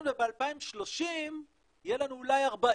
אנחנו לא הגענו למיליארד הראשון וב-2030 יהיה לנו אולי 40